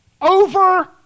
over